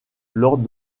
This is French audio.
lors